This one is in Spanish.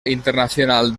internacional